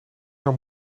haar